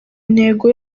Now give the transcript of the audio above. intego